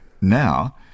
now